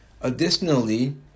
Additionally